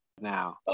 now